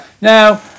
Now